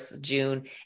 June